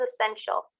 essential